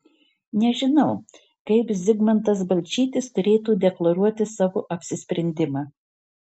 nežinau kaip zigmantas balčytis turėtų deklaruoti savo apsisprendimą